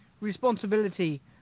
responsibility